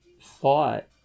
thought